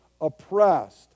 oppressed